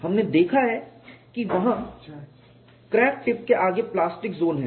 हमने देखा है कि वहाँ क्रैक टिप से आगे प्लास्टिक ज़ोन है